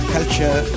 Culture